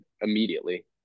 immediately